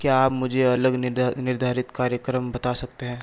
क्या आप मुझे अलग निर्धा निर्धारित कार्यक्रम बता सकते हैं